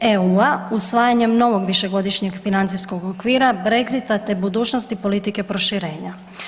EU-a usvajanjem novog višegodišnjeg financijskog okvira, Brexita te budućnosti politike proširenja.